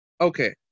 Okay